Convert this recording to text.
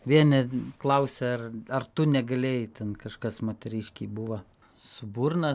vieni klausia ar ar tu negalėjai ten kažkas moteriškei buvo su burna